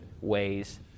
ways